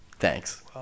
Thanks